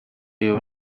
you